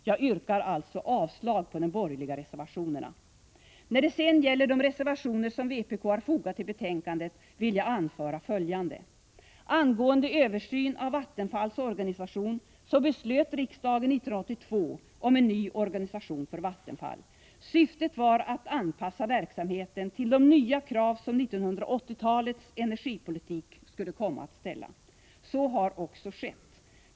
Jag yrkar alltså avslag på de borgerliga reservationerna. När det sedan gäller de reservationer som vpk har fogat till betänkandet vill jag anföra följande. Angående översyn av Vattenfalls organisation vill jag säga att riksdagen 1982 fattade beslut om en ny organisation för Vattenfall. Syftet var att anpassa verksamheten till de nya krav som 1980-talets energipolitik skulle komma att ställa. Så har också skett.